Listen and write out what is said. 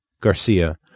Garcia